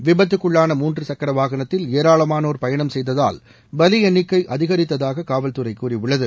விபத்துக்குள்ளான மூன்று சக்கர வாகனத்தில் ஏராளமானோர் பயணம் செய்ததால் பலி எண்ணிக்கை அதிகரித்ததாக காவல்துறை கூறியுள்ளது